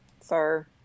sir